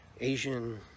Asian